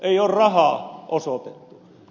ei ole rahaa osoitettu